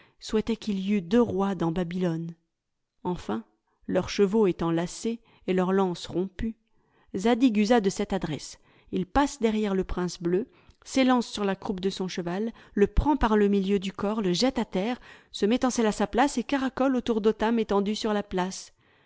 souhaitait qu'il y eût deux rois dans babylone enfin leurs chevaux étant lassés et leurs lances rompues zadig usa de cette adresse il passe derrière le prince bleu s'élance sur la croupe de son cheval le prend par le milieu du corps le jette à terre se met en selle à sa place et caracole autour d'otame étendu sur la place